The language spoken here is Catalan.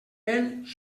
vell